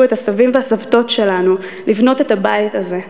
את הסבים והסבתות שלנו לבנות את הבית הזה.